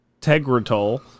Tegretol